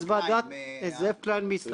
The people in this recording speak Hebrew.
אין מסקנות אישיות ולכן לא.